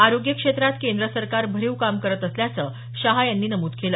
आरोग्य क्षेत्रात केंद्र सरकार भरीव काम करत असल्याचं शाह यांनी नमूद केलं